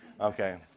Okay